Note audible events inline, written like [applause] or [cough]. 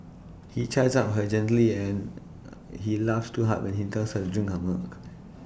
he chides her gently and [hesitation] he laughs too hard when he tells her to drink her milk